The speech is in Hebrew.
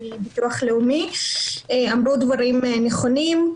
ומביטוח לאומי, נאמרו דברים חשובים.